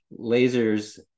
lasers